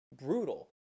brutal